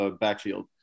backfield